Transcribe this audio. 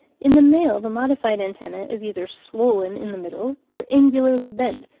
in the male the modified antenna is either swollen in the middle or angularly bent,